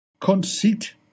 conceit